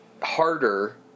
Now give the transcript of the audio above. harder